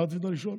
מה רצית לשאול?